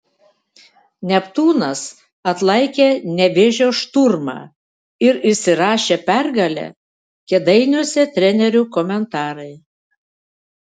neptūnas atlaikė nevėžio šturmą ir įsirašė pergalę kėdainiuose trenerių komentarai